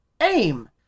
AIM